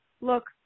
look